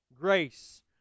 Grace